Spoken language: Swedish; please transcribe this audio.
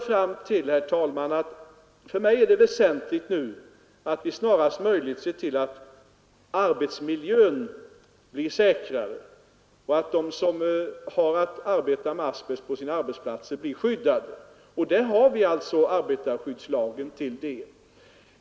För mig är det nu väsentligt, herr talman, att snarast möjligt se till, att arbetsmiljön blir säkrare och att de som har att arbeta med asbest blir skyddade, och till det har vi arbetarskyddslagen.